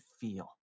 feel